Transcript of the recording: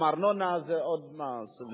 גם ארנונה זה עוד מס.